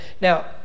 Now